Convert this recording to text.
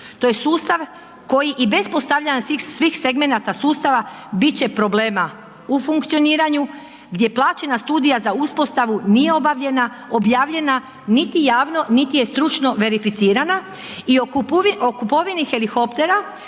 To je sustav koji i bez postavljanja svih segmenata sustava biti će problema u funkcioniranju gdje plaćena studija za uspostavu nije objavljena, niti javno niti je stručno verificirana. I o kupovini helikoptera